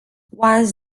once